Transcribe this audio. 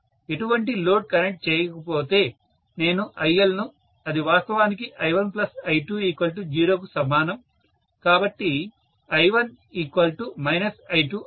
ఎటువంటి load connect కాకపోతే నేను ILను అది వాస్తవానికి I1I20కు సమానం కాబట్టి I1 I2 అవుతుంది